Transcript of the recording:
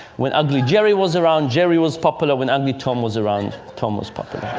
when ugly jerry was around, jerry was popular. when ugly tom was around, tom was popular.